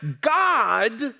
God